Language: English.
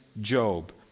Job